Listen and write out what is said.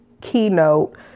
keynote